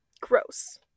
Gross